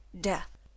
Death